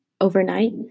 overnight